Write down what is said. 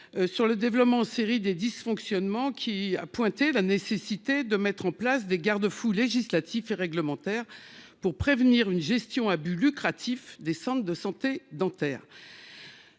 Sur le développement série des dysfonctionnements qui a pointé la nécessité de mettre en place des garde-fous législatifs et réglementaires pour prévenir une gestion à but lucratif des centres de santé dentaires.